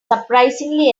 surprisingly